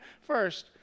first